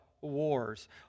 wars